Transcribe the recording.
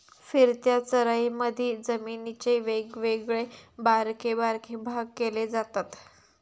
फिरत्या चराईमधी जमिनीचे वेगवेगळे बारके बारके भाग केले जातत